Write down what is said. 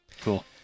Cool